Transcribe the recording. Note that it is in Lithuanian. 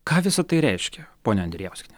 ką visa tai reiškia pone andrijauskiene